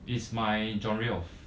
is my genre of